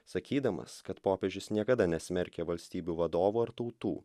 sakydamas kad popiežius niekada nesmerkia valstybių vadovų ar tautų